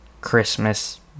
Christmas